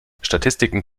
statistiken